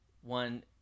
One